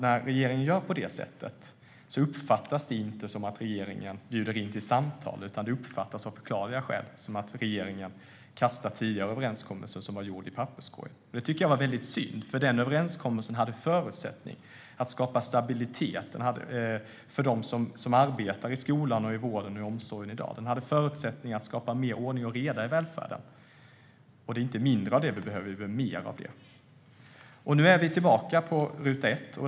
När regeringen gör på det sättet uppfattas det inte som att regeringen bjuder in till samtal, utan det uppfattas av förklarliga skäl som att regeringen kastar tidigare gjorda överenskommelser i papperskorgen. Det var synd, för den överenskommelsen hade förutsättning att skapa stabilitet för dem som arbetar inom skola, vård och omsorg. Den hade förutsättning att skapa mer ordning och reda i välfärden. Det behöver vi inte mindre av utan mer. Nu är vi tillbaka på ruta ett.